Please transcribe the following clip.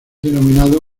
denominado